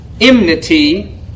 enmity